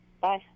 Bye